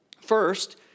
First